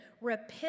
repent